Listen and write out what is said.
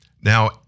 Now